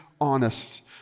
honest